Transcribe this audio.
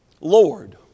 Lord